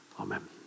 amen